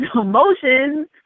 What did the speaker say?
emotions